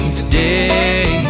today